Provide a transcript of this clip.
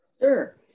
Sure